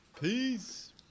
Peace